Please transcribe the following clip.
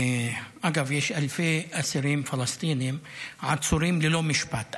אגב, יש אלפי אסירים פלסטינים עצורים ללא משפט.